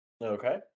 okay